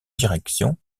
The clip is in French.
direction